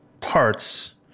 parts